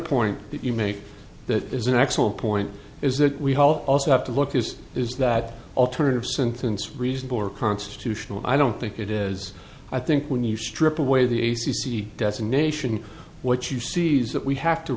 that you make that is an excellent point is that we also have to look is is that alternative sentence reasonable or constitutional i don't think it is i think when you strip away the a c c designation what you see is that we have to